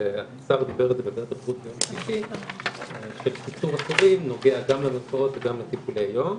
שהשר דיבר עליו בנוגע לצמצום התורים נוגע גם למרפאות וגם לטיפולי יום,